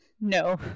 No